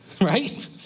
right